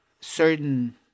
certain